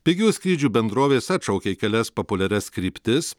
pigių skrydžių bendrovės atšaukė kelias populiarias kryptis